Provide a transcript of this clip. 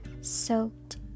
soaked